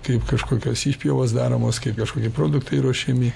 kaip kažkokios išpjovos daromos kaip kažkokie produktai ruošiami